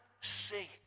see